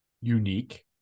unique